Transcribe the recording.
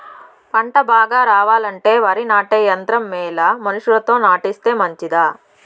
పంట బాగా రావాలంటే వరి నాటే యంత్రం మేలా మనుషులతో నాటిస్తే మంచిదా?